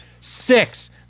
Six